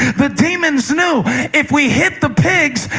the demons knew if we hit the pigs,